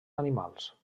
animals